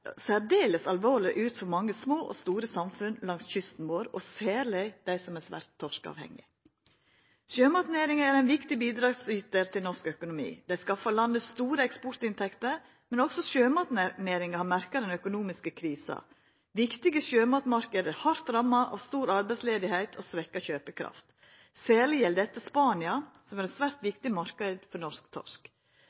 alvorleg ut for mange små og store samfunn langs kysten vår – særlig for dei som er svært torskeavhengige. Sjømatnæringa er ein viktig bidragsytar til norsk økonomi. Dei skaffar landet store eksportinntekter, men også sjømatnæringa har merka den økonomiske krisa. Viktige sjømatmarknader er hardt ramma av stor arbeidsløyse og svekt kjøpekraft. Særleg gjeld dette Spania, som er ein svært